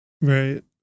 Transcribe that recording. Right